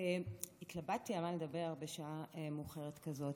התלבטתי על מה לדבר בשעה מאוחרת כזאת,